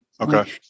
Okay